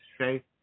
okay